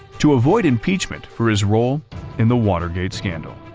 to avoid impeachment for his role in the watergate scandal.